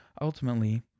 ultimately